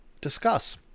discuss